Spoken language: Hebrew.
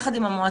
יחד עם המועצות,